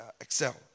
excel